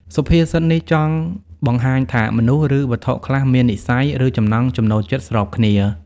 សុភាសិតនេះចង់បង្ហាញថា មនុស្ស ឬវត្ថុខ្លះមាននិស្ស័យ ឬចំណង់ចំណូលចិត្តស្របគ្នា។